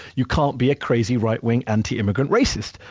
you can't be a crazy right-wing anti-immigrant racist.